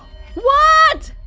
what!